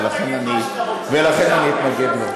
ולכן אני אתנגד לו.